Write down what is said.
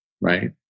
right